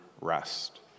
rest